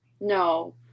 No